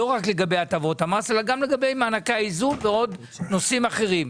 לא רק לגבי הטבות המס אלא גם לגבי מענקי האיזון ונושאים אחרים.